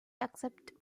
except